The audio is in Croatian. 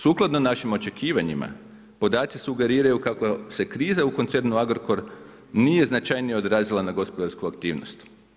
Sukladno našim očekivanjima, podaci sugeriraju kako se kriza u koncernu Agrokor nije značajnije odrazila na gospodarsku aktivnost.